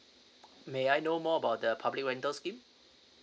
may I know more about the public rental scheme